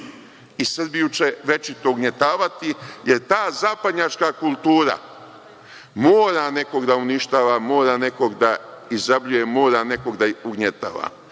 i Srbiju će večito ugnjetavati, jer ta zapadnjačka kultura mora nekog da uništava, mora nekog da izrabljuje, mora nekog da ugnjetava.